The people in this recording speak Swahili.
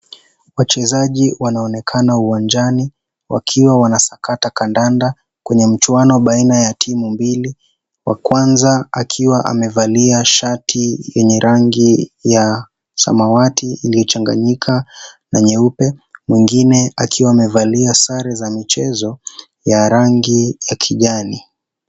Wachezaji wanaonekana uwanjani, wakiwa wanasakata kandanda kwenye mchuano baina ya timu mbili. Wakwanza akiwa amevalia shati lenye rangi ya samawati iliyochanganyika na nyeupe mwengine akiwa wamevalia sare za michezo ya rangi ya kijani.